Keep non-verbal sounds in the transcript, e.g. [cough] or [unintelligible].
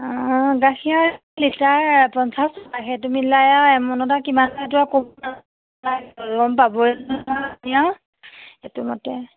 অঁ গাখীৰ লিটাৰ পঞ্চাছ টকা সেইটো মিলাই আৰু এমোনত কিমান কম [unintelligible]